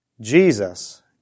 Jesus